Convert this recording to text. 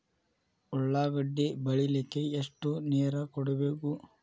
ಉಳ್ಳಾಗಡ್ಡಿ ಬೆಳಿಲಿಕ್ಕೆ ಎಷ್ಟು ನೇರ ಕೊಡಬೇಕು?